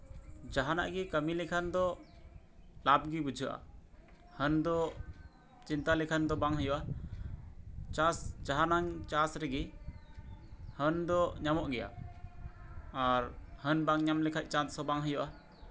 ᱡᱟᱦᱟᱸᱱᱟᱜ ᱜᱮ ᱠᱟᱹᱢᱤ ᱞᱮᱠᱷᱟᱱ ᱫᱚ ᱞᱟᱵᱽ ᱜᱮ ᱵᱩᱡᱷᱟᱹᱜᱼᱟ ᱦᱟᱹᱱ ᱫᱚ ᱪᱤᱱᱛᱟ ᱞᱮᱠᱷᱟᱱ ᱫᱚ ᱵᱟᱝ ᱦᱩᱭᱩᱜᱼᱟ ᱪᱟᱥ ᱡᱟᱦᱟᱸᱱᱟᱝ ᱪᱟᱥ ᱨᱮᱜᱮ ᱦᱟᱹᱱ ᱫᱚ ᱧᱟᱢᱚᱜ ᱜᱮᱭᱟ ᱟᱨ ᱦᱟᱹᱱ ᱵᱟᱝ ᱧᱟᱢ ᱞᱮᱠᱷᱟᱱ ᱪᱟᱥ ᱦᱚᱸ ᱵᱟᱝ ᱦᱩᱭᱩᱜᱼᱟ